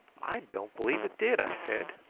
i don't believe it did, i said.